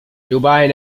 dubai